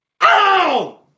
Ow